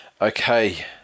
Okay